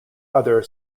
other